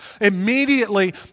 Immediately